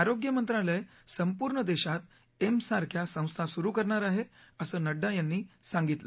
आरोग्य मंत्रालय संपूर्ण देशात एम्स सारख्या संस्था सुरु करणार आहे नड्डा यांनी सांगितलं